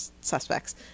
suspects